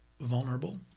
vulnerable